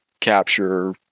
capture